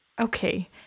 Okay